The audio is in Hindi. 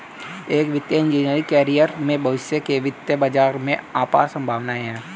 एक वित्तीय इंजीनियरिंग कैरियर में भविष्य के वित्तीय बाजार में अपार संभावनाएं हैं